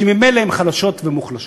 שממילא הן חלשות ומוחלשות,